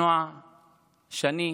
נועה, שני,